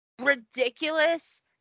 ridiculous